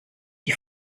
die